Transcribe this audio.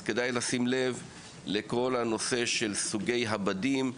אז כדאי לשים לב לכל הנושא של סוגי הבדים,